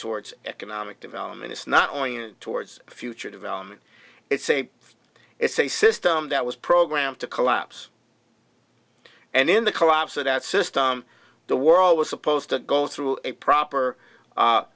towards economic development it's not only an towards future development it's a it's a system that was programmed to collapse and in the collapse of that system the world was supposed to go through a proper